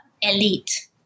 elite